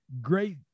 Great